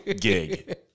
gig